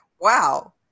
wow